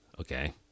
Okay